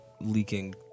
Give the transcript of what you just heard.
leaking